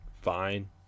fine